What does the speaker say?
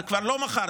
זה כבר לא מחר,